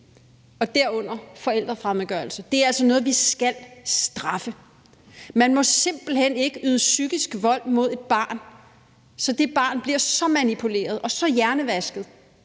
og derunder forældrefremmedgørelse er altså noget, vi skal straffe. Man må simpelt hen ikke øve psykisk vold på et barn, så det barn bliver så manipuleret og hjernevasket,